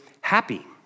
happy